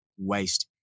waste